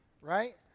right